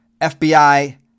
FBI